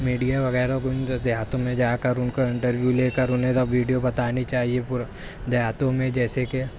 media وغیرہ کو ان سب دیہاتوں میں جا کر ان کا انٹرویو لے کرانہیں تو ویڈیو بتانی چاہیے پورے دیہاتوں میں جیسےکہ